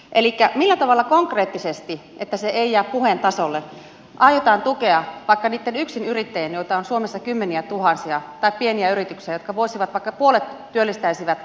elikkä millä tavalla konkreettisesti että se ei jää puheen tasolle aiotaan tukea vaikka niitä yksinyrittäjiä joita on suomessa kymmeniä tuhansia tai pieniä yrityksiä jotka voisivat vaikka puolet työllistää nuoria